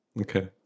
Okay